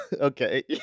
Okay